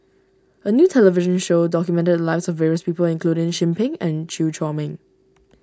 a new television show documented the lives of various people including Chin Peng and Chew Chor Meng